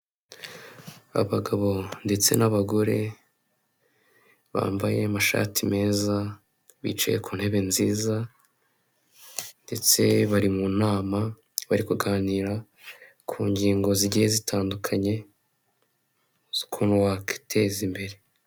Abagabo ndetse n'abagore bambaye amashati meza, bicaye ku ntebe nziza ndetse bari mu nama, bari kuganira ku ngingo zigiye zitandukanye z'ukuntu wakiteza imbere.